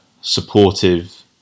supportive